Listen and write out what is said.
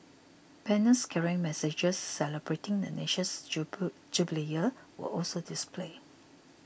banners carrying messages celebrating the nation's jubilee year were also displayed